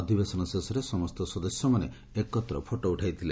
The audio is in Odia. ଅଧିବେଶନ ଶେଷରେ ସମସ୍ତ ସଦସ୍ୟମାନେ ଫଟୋ ଉଠାଇଥିଲେ